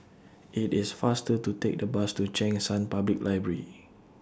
IT IS faster to Take The Bus to Cheng San Public Library